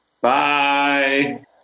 Bye